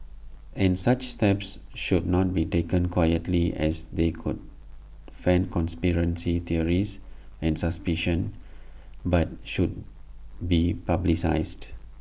and such steps should not be taken quietly as they could fan conspiracy theories and suspicion but should be publicised